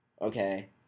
okay